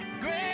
great